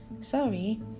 Sorry